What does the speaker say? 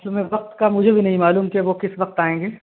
تو میں وقت کا مجھے بھی نہیں معلوم کہ وہ کس وقت آئیں گے